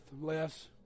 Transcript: less